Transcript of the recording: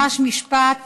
ממש במשפט,